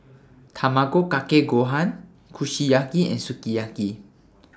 Tamago Kake Gohan Kushiyaki and Sukiyaki